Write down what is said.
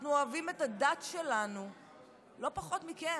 אנחנו אוהבים את הדת שלנו לא פחות מכם.